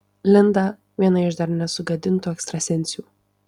linda viena iš dar nesugadintų ekstrasensių